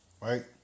right